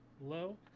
low